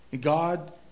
God